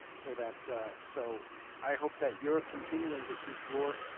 so that so i hope that you are continuing to keep your